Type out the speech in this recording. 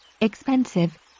Expensive